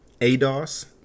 ADOS